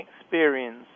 experience